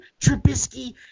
Trubisky